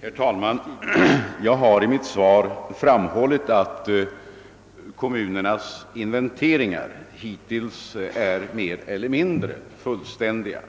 Herr talman! Jag har i mitt svar framhållit att kommunernas inventeringar hittills är mer eller mindre fullständiga.